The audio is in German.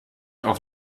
auch